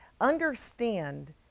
Understand